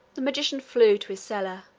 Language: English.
the magician flew to his cellar,